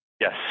Yes